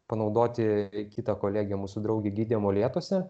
panaudoti kitą kolegę mūsų draugę gidę molėtuose